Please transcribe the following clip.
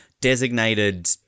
designated